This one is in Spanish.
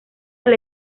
del